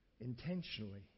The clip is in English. intentionally